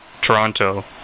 Toronto